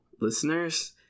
listeners